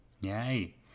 Yay